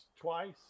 twice